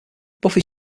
buffy